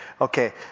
Okay